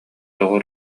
тоҕо